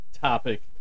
topic